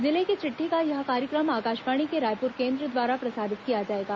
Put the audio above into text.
जिले की चिट्ठी का यह कार्यक्रम आकाशवाणी के रायपुर केंद्र द्वारा प्रसारित किया जाएगा